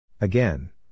Again